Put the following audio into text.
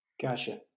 Gotcha